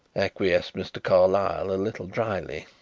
acquiesced mr. carlyle a little dryly.